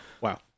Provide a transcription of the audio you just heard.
Wow